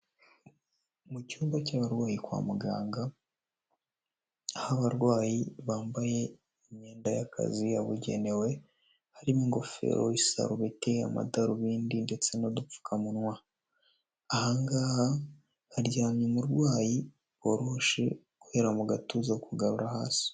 Mu cyumba cy'abarwayi kwa muganga, aho abarwayi bambaye imyenda y'akazi yabugenewe harimo ingofero, isarubeti, amadarubindi ndetse n'udupfukamunwa, aha ngaha haryamye umurwayi woroshe guhera mu gatuza kugarura hasi.